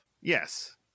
Yes